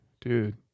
dude